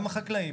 גם בחקלאים,